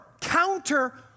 counter